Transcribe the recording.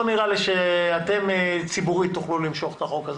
לא נראה לי שציבורית תוכלו למשוך את החוק הזה.